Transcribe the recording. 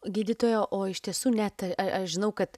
gydytoja o iš tiesų net aš žinau kad